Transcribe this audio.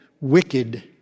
wicked